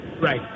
Right